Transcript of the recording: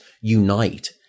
unite